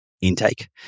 intake